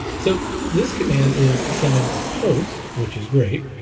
so this command is sending a post, which is great,